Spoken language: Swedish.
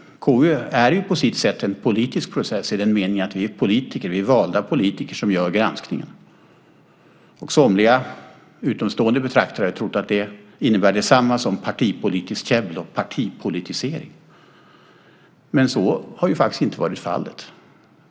KU är på sitt sätt en politisk process i den meningen att vi är politiker. Vi är valda politiker som gör granskningen. Somliga utomstående betraktare har trott att det innebär detsamma som partipolitiskt käbbel och partipolitisering. Men så har faktiskt inte varit fallet.